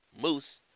Moose